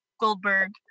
Goldberg